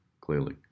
clearly